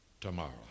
Tomorrow